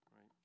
right